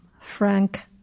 Frank